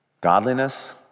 Godliness